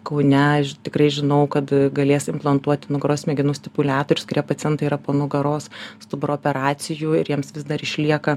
kaune tikrai žinau kad galės implantuoti nugaros smegenų stipuliatorius kurie pacientai yra po nugaros stuburo operacijų ir jiems vis dar išlieka